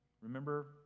Remember